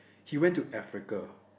he went to Africa